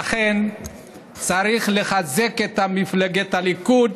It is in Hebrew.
ולכן צריך לחזק את מפלגת הליכוד